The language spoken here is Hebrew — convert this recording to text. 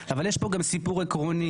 אבל יש פה גם סיפור עקרוני.